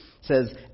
says